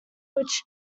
which